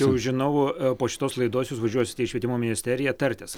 jau žinau po šitos laidos jūs važiuosite į švietimo ministeriją tartis